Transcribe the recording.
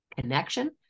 connection